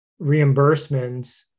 reimbursements